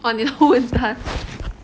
哇你的 who is done